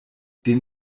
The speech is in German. den